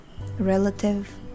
relative